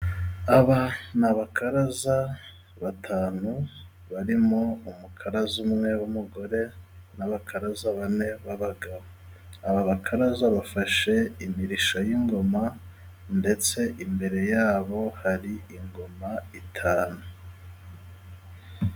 Aba ni abakaraza batanu ,barimo :umukaraza umwe w'umugore, n'abakaraza bane b'abagabo, aba bakaraza bafashe imirishyo y'ingoma, ndetse imbere yabo hari ingoma eshanu.